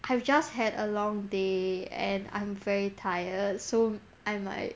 I've just had a long day and I'm very tired so I might